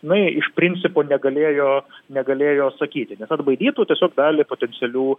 nai iš principo negalėjo negalėjo sakyti nes atbaidytų tiesiog dalį potencialių